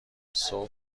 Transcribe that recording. صبح